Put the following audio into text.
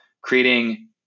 creating